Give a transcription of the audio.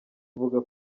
buvuga